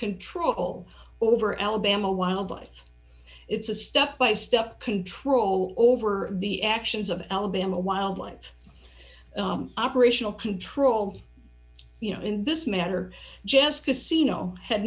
control over alabama wildlife it's a step by step control over the actions of alabama wildlife operational control you know in this matter just casino had